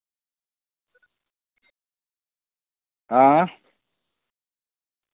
हां